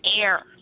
air